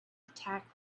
attack